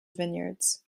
vineyards